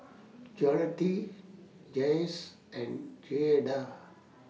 Jolette Jayce and Jaeda